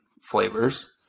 flavors